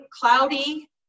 cloudy